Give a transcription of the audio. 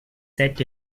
set